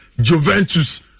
Juventus